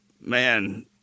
man